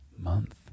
month